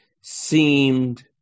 seemed